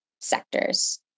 sectors